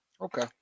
okay